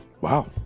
Wow